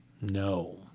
No